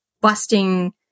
busting